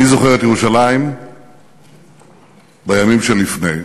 אני זוכר את ירושלים בימים שלפני.